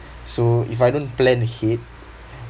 so if I don't plan ahead